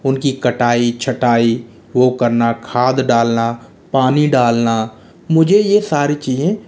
उनकी कटाई छंटाई वो करना खाद डालना पानी डालना मुझे ये सारी चीज़ें